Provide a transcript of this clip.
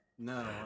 No